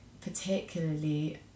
particularly